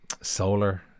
solar